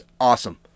awesome